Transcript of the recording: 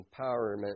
empowerment